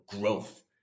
growth